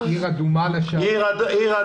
עיר אדומה מאוד.